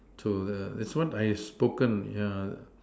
so err it's what I spoken yeah